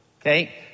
Okay